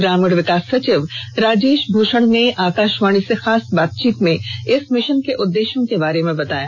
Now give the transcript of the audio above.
ग्रामीण विकास सचिव राजेश भूषण ने आकाशवाणी से खास बातचीत में इस मिशन के उद्देश्यों के बारे में बताया